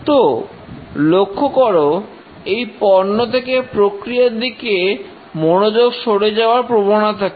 তো লক্ষ্য করো এই পণ্য থেকে প্রক্রিয়ার দিকে মনোযোগ সরে যাওয়ার প্রবণতাকে